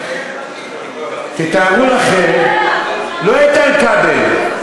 תתארו לכם, לא איתן כבל.